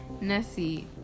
Nessie